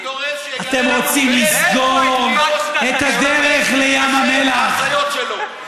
אני דורש שהוא יספר מאיפה הפטריות שגרמו להזיות שלו.